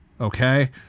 okay